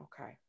Okay